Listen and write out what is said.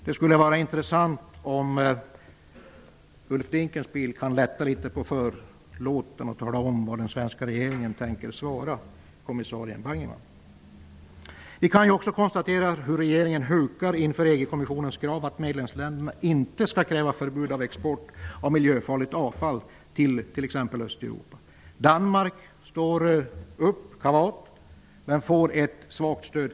Det skulle vara intressant om Ulf Dinkelspiel kunde lätta litet på förlåten och tala om vad den svenska regeringen tänker svara kommissionären Bangemann. Vi kan ju nu också konstatera hur regeringen hukar inför EG-kommissionens krav att medlemsländerna inte skall kräva förbud av export av miljöfarligt avfall till t.ex. Östeuropa. Danmark står kavat upp för detta men får ett svagt stöd.